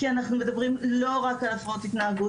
כי אנחנו מדברים לא רק על הפרעות התנהגות,